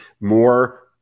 more